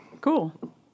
Cool